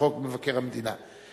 ולחוק מבקר המדינה.